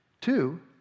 Two